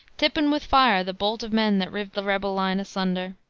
tippin' with fire the bolt of men that rived the rebel line asunder?